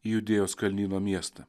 judėjos kalnyno miestą